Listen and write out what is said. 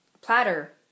Platter